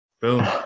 Boom